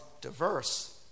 diverse